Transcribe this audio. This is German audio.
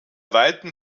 weiten